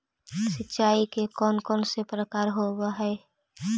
सिंचाई के कौन कौन से प्रकार होब्है?